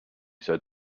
said